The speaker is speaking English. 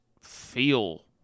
feel